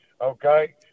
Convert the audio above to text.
Okay